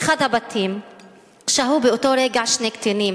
באחד הבתים שהו באותו רגע שני קטינים,